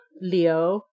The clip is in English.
Leo